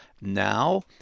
Now